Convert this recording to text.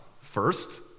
First